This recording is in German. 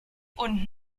und